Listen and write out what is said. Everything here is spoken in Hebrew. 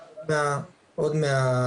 כן.